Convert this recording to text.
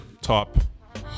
top